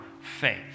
faith